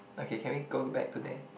okay can we go back to there